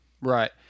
Right